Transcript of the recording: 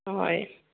হয়